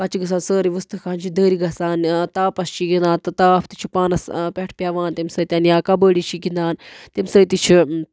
پَتہٕ چھِ گژھان سٲری وُستہٕ خان چھِ دٔرۍ گژھان تاپَس چھِ گِنٛدان تہٕ تاپھ تہِ چھُ پانَس پٮ۪ٹھ پٮ۪وان تَمہِ سۭتۍ یا کَبڈی چھِ گِنٛدان تمہِ سۭتۍ تہِ چھُ